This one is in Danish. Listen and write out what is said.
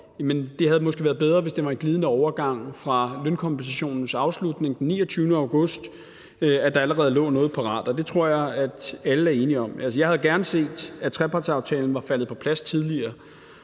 om det måske havde været bedre, hvis det havde været en glidende overgang fra lønkompensationens afslutning den 29. august, altså hvis der allerede da havde ligget noget parat. Det tror jeg alle er enige om. Jeg havde gerne set, at trepartsaftalen var faldet på plads tidligere.